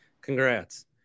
Congrats